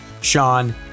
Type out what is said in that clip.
Sean